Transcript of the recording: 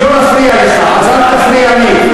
בשביל לא להפריע לך, אז אל תפריע לי.